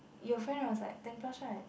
your friend was like ten plus right